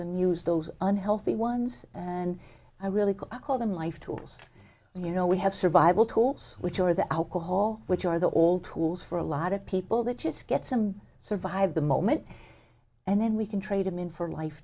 in use those unhealthy ones and i really could call them life tools you know we have survival tools which are the alcohol which are there all tools for a lot of people that just get some survive the moment and then we can trade him in for life